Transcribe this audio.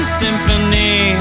symphony